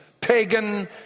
pagan